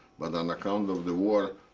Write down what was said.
but on account of the war,